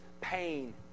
pain